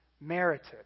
merited